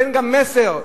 תנו מסר,